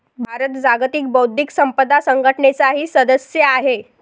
भारत जागतिक बौद्धिक संपदा संघटनेचाही सदस्य आहे